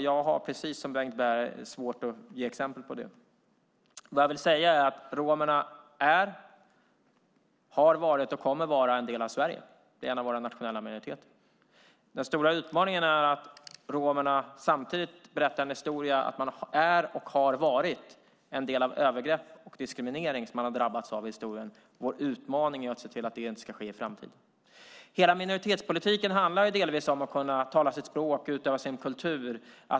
Jag har precis som Bengt Berg svårt att ge exempel på det. Romerna är, har varit och kommer att vara en del av Sverige. Det är en del av våra nationella minoriteter. Den stora utmaningen är att romerna samtidigt berättar en historia där de är och har varit drabbade av övergrepp. Vår utmaning är att se till att det inte ska ske i framtiden. Minoritetspolitiken handlar delvis om att kunna tala sitt språk och kunna utöva sin kultur.